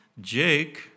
Jake